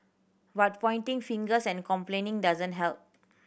but pointing fingers and complaining doesn't help